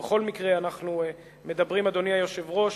ובכל מקרה אנחנו מדברים, אדוני היושב-ראש,